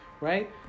right